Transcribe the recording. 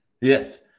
Yes